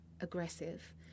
aggressive